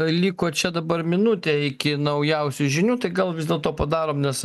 liko čia dabar minutė iki naujausių žinių tai gal vis dėlto padarom nes